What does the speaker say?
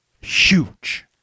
Huge